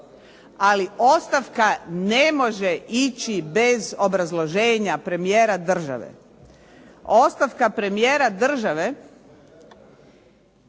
Ali ostavka ne može ići bez obrazloženja premijera države. Ostavka premijera države